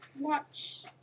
Watch